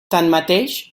tanmateix